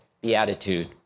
Beatitude